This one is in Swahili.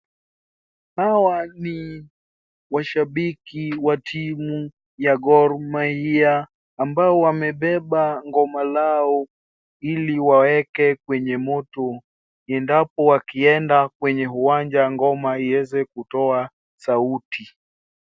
Hawa ni washabiki wa timu ya Gor Mahia ambao wamebeba ngoma lao ili waweke kwenye moto, iendapo wakieda kwenye uwanja ngoma ieze kutoa sauti.